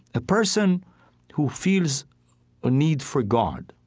a person who feels a need for god